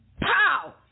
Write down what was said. Pow